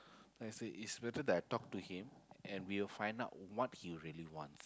then I say it's better that I talk to him and we will find out what he really want